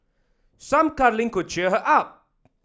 some cuddling could cheer her up